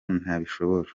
nabishobora